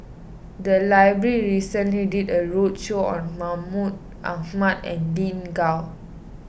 the library recently did a roadshow on Mahmud Ahmad and Lin Gao